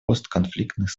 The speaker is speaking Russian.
постконфликтных